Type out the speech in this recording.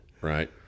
Right